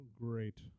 great